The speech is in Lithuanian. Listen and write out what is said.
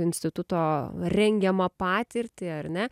instituto rengiamą patirtį ar ne